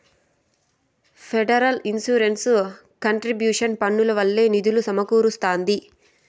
federal insurance contribution పన్నుల వల్లే నిధులు సమకూరస్తాంది